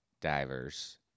divers